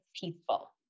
peaceful